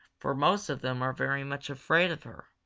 for most of them are very much afraid of her.